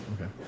Okay